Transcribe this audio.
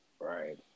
Right